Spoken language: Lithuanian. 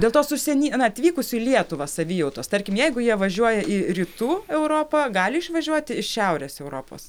dėl tos užsieny na atvykus į lietuvą savijautos tarkim jeigu jie važiuoja į rytų europą gali išvažiuoti iš šiaurės europos